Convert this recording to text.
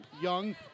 Young